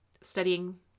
studying